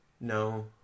No